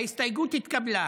ההסתייגות התקבלה.